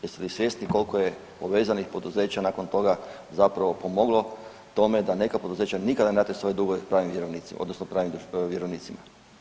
Jeste li svjesni koliko je obvezanih poduzeća nakon toga zapravo pomoglo tome da neka poduzeća nikada ne vrate svoje dugove pravim vjerovnicima odnosno pravim vjerovnicima.